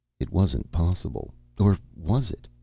it wasn't possible. or was it?